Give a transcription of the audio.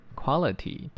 ，quality